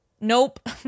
Nope